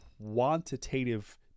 quantitative